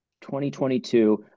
2022